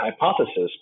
hypothesis